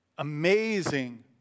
amazing